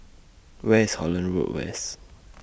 Where IS Holland Road West